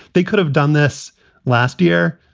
they could have done this last year,